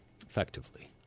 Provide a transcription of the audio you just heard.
effectively